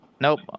Nope